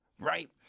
right